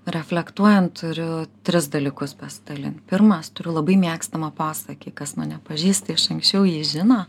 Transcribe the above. reflektuojant turiu tris dalykus pasidalint pirmas turiu labai mėgstamą posakį kas mane pažįsta iš anksčiau jie žino